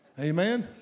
Amen